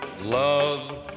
love